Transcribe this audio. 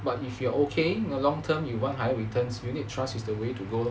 but if you are okay long term you want higher returns unit trust is the way to go lor